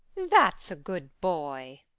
thats a good boy.